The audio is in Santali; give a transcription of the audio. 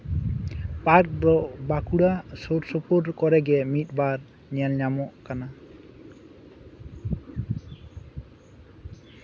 ᱯᱟᱨᱠ ᱫᱚ ᱵᱟᱸᱠᱩᱲᱟ ᱥᱩᱨᱼᱥᱩᱯᱩᱨ ᱠᱚᱨᱮ ᱜᱮ ᱢᱤᱫ ᱵᱟᱨ ᱧᱮᱞ ᱧᱟᱢᱚᱜ ᱠᱟᱱᱟ